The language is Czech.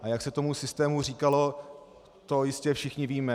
A jak se tomu systému říkalo, to jistě všichni víme.